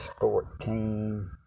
fourteen